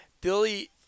Billy